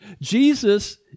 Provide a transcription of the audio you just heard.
Jesus